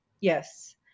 Yes